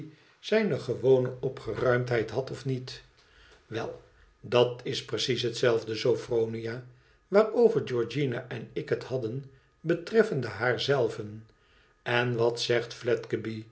zijne gewone opge ruimdheid had of niet wel dat is precies hetzelfde sophronia waarover georgiana en ik het hadden betreffende haar zelve en wat zegt